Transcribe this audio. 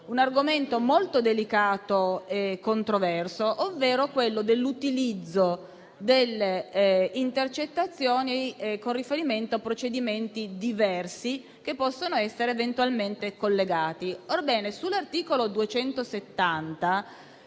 un argomento molto delicato e controverso ovvero quello dell'utilizzo delle intercettazioni con riferimento a procedimenti diversi che possano essere eventualmente collegati. Orbene, sull'articolo 270